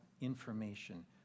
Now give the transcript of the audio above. information